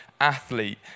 athlete